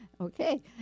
Okay